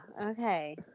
okay